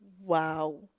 wow